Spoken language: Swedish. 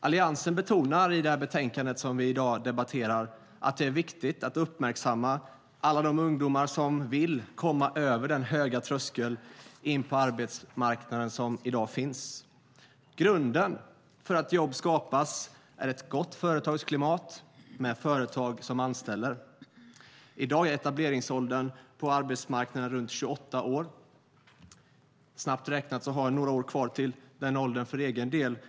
Alliansen betonar i det betänkande som vi i dag debatterar att det är viktigt att uppmärksamma alla de ungdomar som vill komma över den höga tröskeln in på arbetsmarknaden, som i dag finns. Grunden för att jobb skapas är ett gott företagsklimat med företag som anställer. I dag är etableringsåldern på arbetsmarknaden runt 28 år. Snabbt räknat har jag några år kvar till den åldern för egen del.